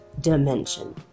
dimension